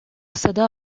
صدا